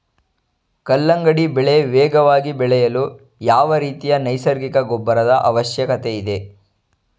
ಕಲ್ಲಂಗಡಿ ಬೆಳೆ ವೇಗವಾಗಿ ಬೆಳೆಯಲು ಯಾವ ರೀತಿಯ ನೈಸರ್ಗಿಕ ಗೊಬ್ಬರದ ಅವಶ್ಯಕತೆ ಇದೆ?